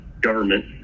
government